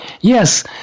Yes